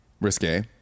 Risque